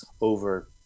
over